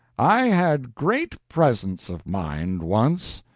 i had great presence of mind once.